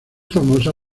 famosa